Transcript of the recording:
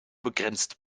begrenzt